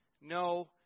no